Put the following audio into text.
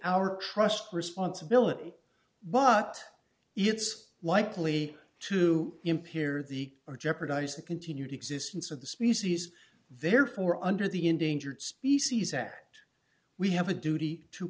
our trust responsibility but it's likely to impair the or jeopardize the continued existence of the species therefore under the endangered species act we have a duty to